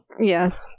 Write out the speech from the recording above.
Yes